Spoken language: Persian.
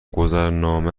گذرنامه